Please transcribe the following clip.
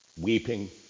Weeping